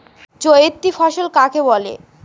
চৈতি ফসল কাকে বলে?